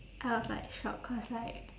I was like shocked cause like